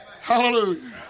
Hallelujah